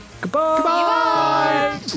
Goodbye